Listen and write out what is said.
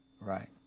Right